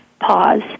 pause